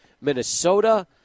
Minnesota